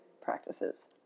practices